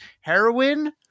heroin